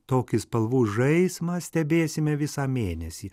tokį spalvų žaismą stebėsime visą mėnesį